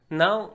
now